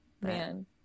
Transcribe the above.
Man